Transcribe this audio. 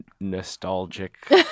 nostalgic